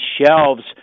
shelves